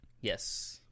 yes